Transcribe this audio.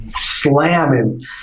slamming